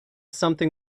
something